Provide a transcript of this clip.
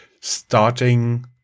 starting